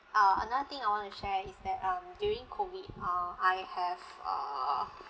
uh another thing I want to share is that um during COVID uh I have err